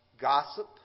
Gossip